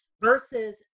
versus